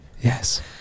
Yes